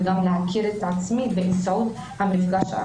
זה גם להכיר את עצמי באמצעות המפגש עם